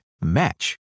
match